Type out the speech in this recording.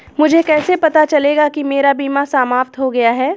मुझे कैसे पता चलेगा कि मेरा बीमा समाप्त हो गया है?